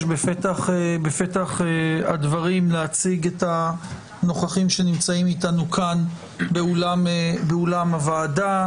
אבקש להציג את הנוכחים שנמצאים אתנו כאן באולם הוועדה,